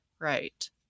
right